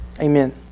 amen